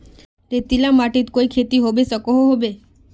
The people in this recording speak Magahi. रेतीला माटित कोई खेती होबे सकोहो होबे?